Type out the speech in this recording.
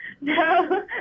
No